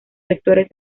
vectores